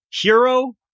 Hero